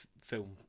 film